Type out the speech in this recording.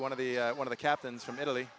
one of the one of the captains from italy